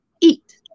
eat